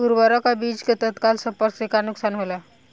उर्वरक अ बीज के तत्काल संपर्क से का नुकसान होला?